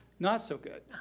not so good.